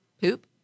poop